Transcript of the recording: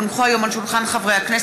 כי הונחו היום על שולחן הכנסת,